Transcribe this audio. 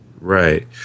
right